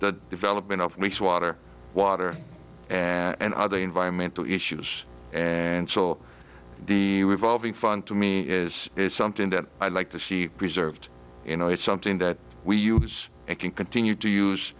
the development of meeks water water and other environmental issues and so the evolving fund to me is something that i'd like to see preserved you know it's something that we use it can continue to use